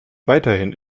weiterhin